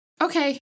Okay